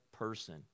person